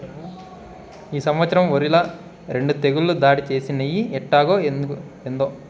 ఈ సంవత్సరం ఒరిల రెండు తెగుళ్ళు దాడి చేసినయ్యి ఎట్టాగో, ఏందో